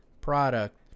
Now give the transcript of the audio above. product